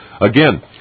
Again